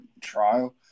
trial